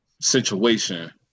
situation